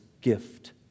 gift